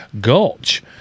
Gulch